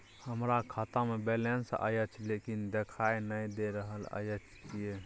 हमरा खाता में बैलेंस अएछ लेकिन देखाई नय दे रहल अएछ, किये?